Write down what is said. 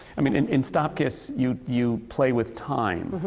i mean, in stop kiss, you you play with time.